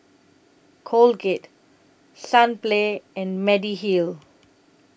Colgate Sunplay and Mediheal